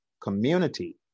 community